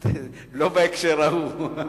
לא בהקשר ההוא.